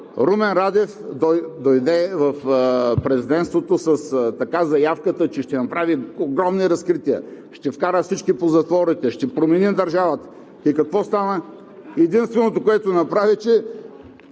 Румен Радев дойде в президентството със заявката, че ще направи огромни разкрития. Ще вкара всички по затворите, ще промени държавата. Какво стана? Единственото, което направи, е,